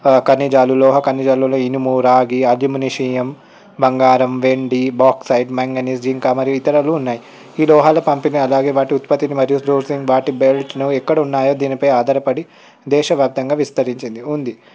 ఖనిజాలు లోహ ఖనిజాలు ఇనుము రాగి అగుమిగిషియం బంగారం వెండి బాక్సైట్ మ్యాంగనీస్ జింక్ మరియు ఇతరులు ఉన్నాయి ఈ లోహాలు పంపకాలు వాటి ఉత్పత్తులు మరియు వాటి ఎక్కడ ఉన్నాయో దీనిపై ఆధారపడి దేశవ్యాప్తంగా విస్తరించింది ఉంది